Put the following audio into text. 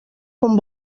com